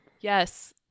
Yes